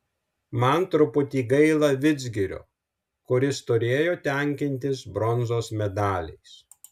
man truputį gaila vidzgirio kuris turėjo tenkintis bronzos medaliais